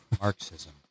Marxism